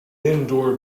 indoor